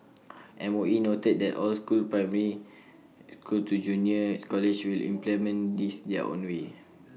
mOE noted that all schools from primary schools to junior colleges will implement this their own way